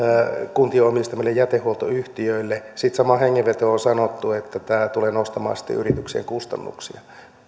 kuntien omistamille jätehuoltoyhtiöille sitten samaan hengenvetoon on sanottu että tämä tulee nostamaan yritysten kustannuksia